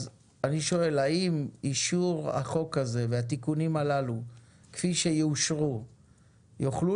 אני שואל האם אישור החוק הזה והתיקונים הללו כפי שיאושרו יוכלו